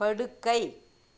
படுக்கை